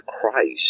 Christ